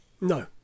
no